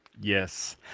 yes